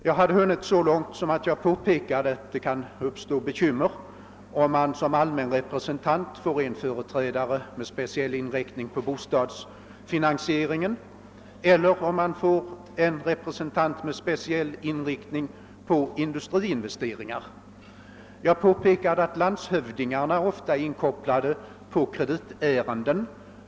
Jag hade hunnit så långt att jag påpekat att det kan uppstå bekymmer om man som allmän representant får en företrädare med speciell inriktning på bostadsfinansieringen eller på industriinvesteringar. Jag påpekade att landshövdingarna ofta är inkopplade på kreditärenden.